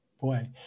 Boy